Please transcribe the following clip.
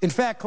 in fact